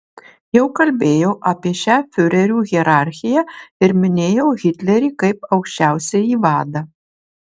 jau kalbėjau apie šią fiurerių hierarchiją ir minėjau hitlerį kaip aukščiausiąjį vadą